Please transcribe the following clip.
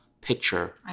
picture